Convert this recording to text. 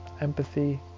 empathy